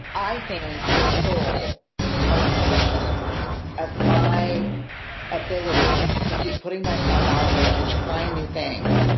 i think the soul or the center of my ability to keep putting myself out there and trying new things,